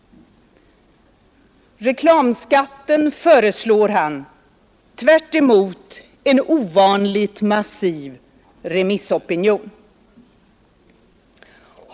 Reklamskatten föreslår han tvärtemot en ovanligt massiv remissopinion.